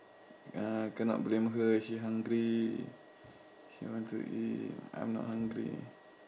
ah cannot blame her she hungry she want to eat I'm not hungry